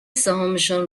سهامشان